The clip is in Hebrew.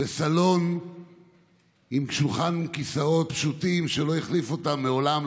בסלון עם שולחן וכיסאות פשוטים שלא החליף אותם מעולם,